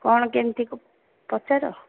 କ'ଣ କେମିତି ପଚାର